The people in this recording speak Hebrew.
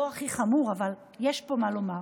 לא הכי חמור, אבל יש פה מה לומר: